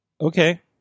Okay